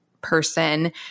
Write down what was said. person